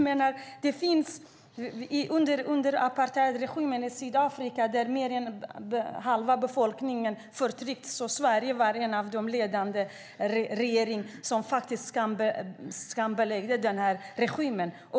Under apartheidregimen i Sydafrika förtrycktes mer än halva befolkningen, och Sverige var en av de ledande regeringarna som skambelade regimen.